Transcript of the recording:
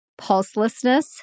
pulselessness